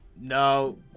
No